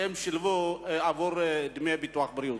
שהם שילמו עבור דמי הביטוח הלאומי,